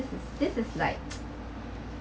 this is this is like